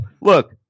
look